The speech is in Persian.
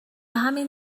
همین